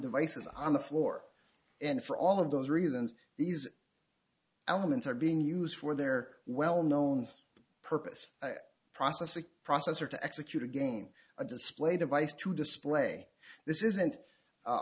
devices on the floor and for all of those reasons these elements are being used for their well known purpose processor processor to execute again a display device to display this isn't